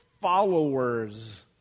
followers